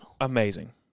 Amazing